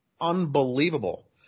unbelievable